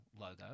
logo